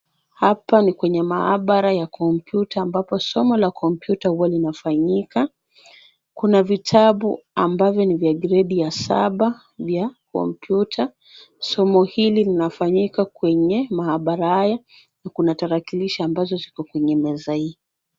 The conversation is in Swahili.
Hapa ni kwenye maabara ya kompyuta ambapo somo la kompyuta huwa linafanyika. Kuna vitabu ambavyo ni vya gredi ya saba vya kompyuta. Somo hili linafanyika kwenye maabara haya na kuna tarakilishi ambazo ziko kwenye meza hii.